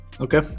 Okay